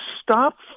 stop